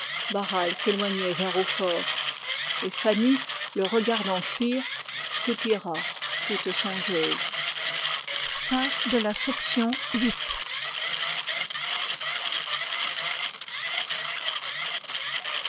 barral s'éloignait vers hautfort et fanny le regardait fuir soupira toute songeuse